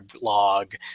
blog